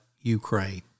Ukraine